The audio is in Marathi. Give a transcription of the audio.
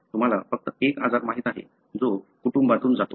तुम्हाला फक्त एक आजार माहित आहे जो कुटुंबातून जातो